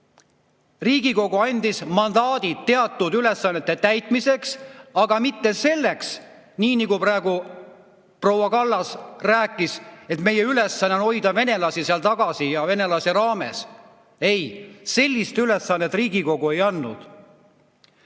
Riigikogu andis mandaadi teatud ülesannete täitmiseks, mitte selleks, nii nagu praegu proua Kallas rääkis, et meie ülesanne on hoida venelasi seal tagasi. Ei, sellist ülesannet Riigikogu ei andnud.